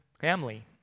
family